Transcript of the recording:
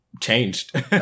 changed